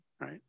right